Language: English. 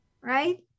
Right